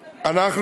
מתנצלת,